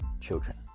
children